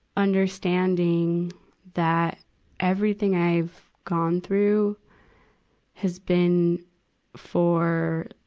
understanding that everything i've gone through has been for,